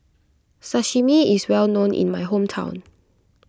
Sashimi is well known in my hometown